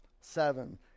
seven